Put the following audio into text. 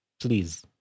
please